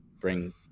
bring